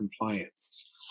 compliance